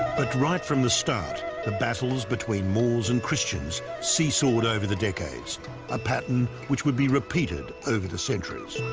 but right from the start the battles between moors and christians see-sawed over the decades a pattern which would be repeated over the centuries